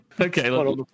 okay